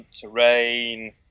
terrain